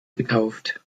getauft